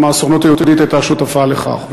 גם הסוכנות היהודית הייתה שותפה לכך.